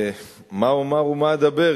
מה אומר ומה אדבר,